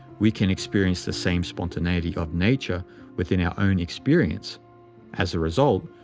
we can experience the same spontaneity of nature within our own experience as a result,